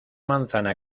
manzana